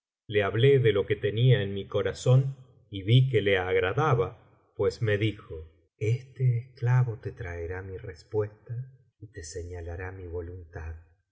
le hablé de lo que tenía en mi corazón y vi que le agradaba pues me dijo este biblioteca valenciana generalitat valenciana historia del jorobado tí íó esclavo te traerá mi respuesta y te señalará mi voluntad haz